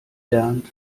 lernt